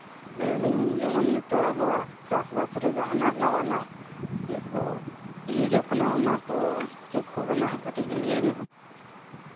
ᱞᱟᱹᱭ ᱟᱹᱞᱤᱧ ᱱᱤᱛᱚᱝ ᱡᱮᱢᱚᱱ ᱟᱵᱚᱣᱟᱜ ᱪᱟᱥᱼᱵᱟᱥᱨᱮ ᱡᱟᱦᱟᱱᱟᱜ ᱱᱟᱣᱟᱱᱟᱜ ᱤᱭᱟᱹ ᱠᱚ ᱤᱲᱤᱡᱚᱜ ᱠᱟᱱᱟ ᱠᱟᱱᱟ ᱚᱱᱟ ᱠᱚ ᱪᱮᱫ ᱠᱚ ᱠᱟᱱᱟ ᱠᱟᱹᱴᱤᱡ ᱵᱮᱱ ᱞᱟᱹᱭ ᱧᱚᱜᱟ